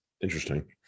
Interesting